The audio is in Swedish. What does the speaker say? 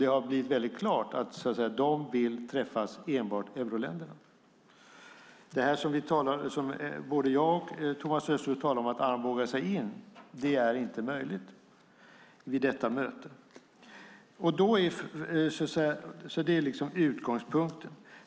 Det har blivit väldigt klart att det är enbart euroländerna som vill träffas. Att armbåga sig in, som både jag och Thomas Östros talade om, är inte möjligt vid detta möte. Det är utgångspunkten.